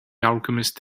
alchemist